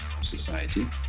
society